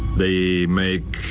they make